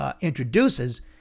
introduces